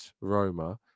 Roma